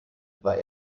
war